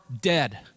dead